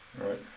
Right